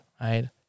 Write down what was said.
right